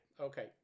okay